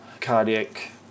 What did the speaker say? cardiac